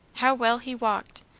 how well he walked!